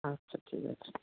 আচ্ছা ঠিক আছে